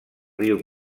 riu